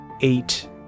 eight